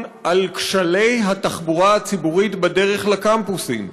על כשלי התחבורה הציבורית בדרך לקמפוסים,